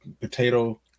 potato